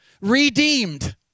Redeemed